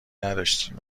نداشتیم